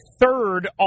third